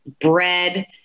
bread